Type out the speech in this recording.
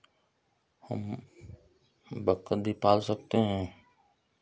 हम हम बत्तख भी पाल सकते हैं